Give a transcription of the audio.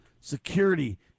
security